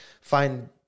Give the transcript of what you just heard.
find